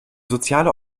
soziale